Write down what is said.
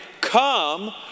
come